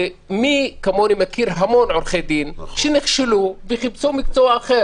מי כמוני מכיר המון עורכי דין שנכשלו וחיפשו מקצוע אחר